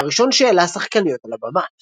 הוא היה הראשון שהעלה שחקניות על הבמה.